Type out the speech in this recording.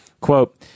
Quote –